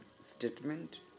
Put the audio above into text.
statement